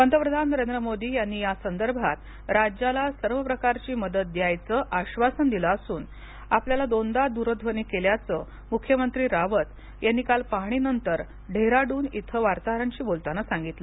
पंतप्रधान नरेंद्र मोदी यांनी यासंदर्भात राज्याला सर्व प्रकारची मदत द्यायचं अशासन दिल असून आपल्याला दोनदा दूरध्वनी केल्याच मुख्यमंत्री रावत यांनी काल पाहणी नंतर डेहराडून इथ वार्ताहरांशी बोलताना सांगितल